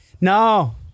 No